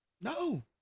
No